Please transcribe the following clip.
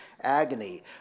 agony